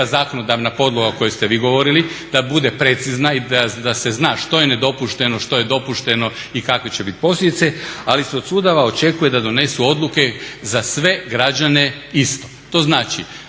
zakonodavna podloga o kojoj ste vi govorili da bude precizna i da se zna što je nedopušteno, što je dopušteno i kakve će biti posljedice ali se od sudova očekuje da donesu odluke za sve građane isto. To znači